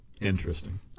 interesting